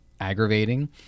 aggravating